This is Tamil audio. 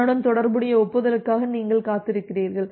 அதனுடன் தொடர்புடைய ஒப்புதலுக்காக நீங்கள் காத்திருக்கிறீர்கள்